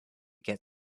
get